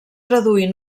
traduir